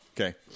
Okay